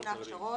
ההכשרות.